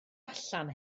allan